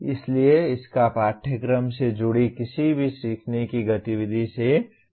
इसलिए इसका पाठ्यक्रम से जुड़ी किसी भी सीखने की गतिविधि से कोई लेना देना नहीं है